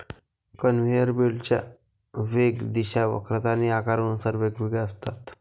conveyor बेल्टच्या वेग, दिशा, वक्रता आणि आकारानुसार वेगवेगळ्या असतात